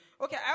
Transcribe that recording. Okay